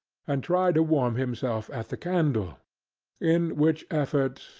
and tried to warm himself at the candle in which effort,